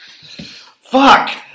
Fuck